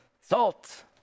salt